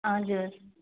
हजुर